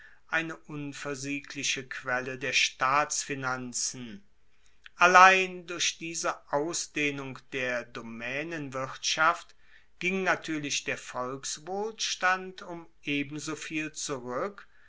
eine unversiegliche quelle der staatsfinanzen allein durch diese ausdehnung der domaenenwirtschaft ging natuerlich der volkswohlstand um ebenso viel zurueck